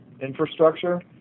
infrastructure